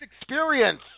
experience